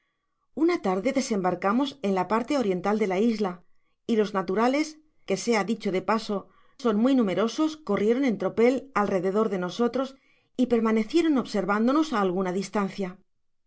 una tarde desembarcamos en la parte oriental de la isla y los naturales que sea dicho de paso son muy numerosos corrieron en tropel alrededor de nosotros y permanecieron observándonos á alguna distancia